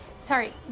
Sorry